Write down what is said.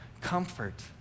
comfort